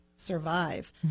survive